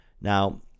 Now